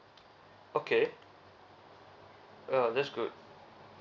okay ya that's good